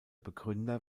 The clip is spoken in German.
begründer